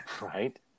right